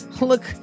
Look